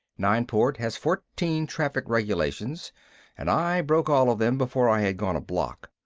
nineport has fourteen traffic regulations and i broke all of them before i had gone a block.